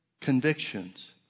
convictions